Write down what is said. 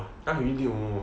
!huh! he really date momo